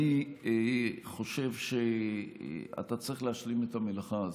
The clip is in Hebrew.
אני חושב שאתה צריך להשלים את המלאכה הזאת.